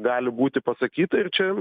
gali būti pasakyta ir čia